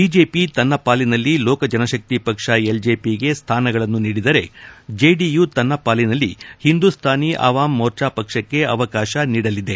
BJP ತನ್ನ ಪಾಲಿನಲ್ಲಿ ಲೋಕಜನಶಕ್ತಿ ಪಕ್ಷ ಎಲ್ಜೆಪಿಗೆ ಸ್ಥಾನಗಳನ್ನು ನೀಡಿದರೆ ಜೆಡಿಯು ತನ್ನ ಪಾಲಿನಲ್ಲಿ ಹಿಂದೂಸ್ಥಾನಿ ಅವಾಮ್ ಮೋರ್ಚಾ ಪಕ್ಷಕ್ಕೆ ಅವಕಾಶ ನೀಡಲಿದೆ